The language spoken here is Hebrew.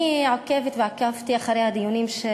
אני עוקבת ועקבתי אחרי הדיונים של